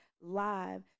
live